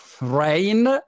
rain